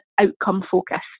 outcome-focused